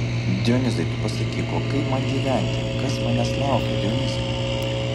dionyzai tu pasakyk o kaip man gyventi kas manęs laukia dionyzai